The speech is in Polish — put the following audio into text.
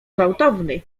gwałtowny